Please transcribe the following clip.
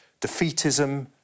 defeatism